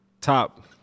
top